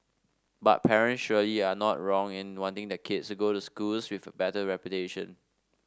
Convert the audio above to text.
but parents surely are not wrong in wanting their kids to go to schools with a better reputation